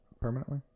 permanently